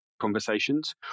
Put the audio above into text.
conversations